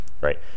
right